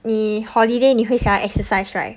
你 holiday 你会想要 exercise right